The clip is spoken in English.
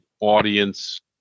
audience